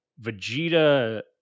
Vegeta